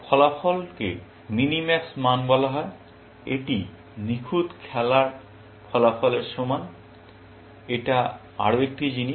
ফলাফলকে minimax মান বলা হয় এটি নিখুঁত খেলার ফলাফলের সমান এটা আরও একটি জিনিস